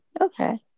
Okay